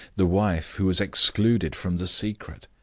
the wife who was excluded from the secret!